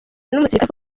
n’umusirikare